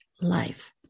life